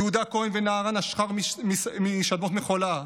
יהודה כהן ונערן אשחר משדמות מחולה,